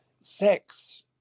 Sex